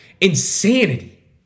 insanity